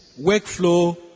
Workflow